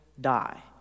die